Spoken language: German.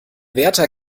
wärter